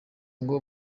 ngo